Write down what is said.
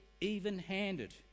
even-handed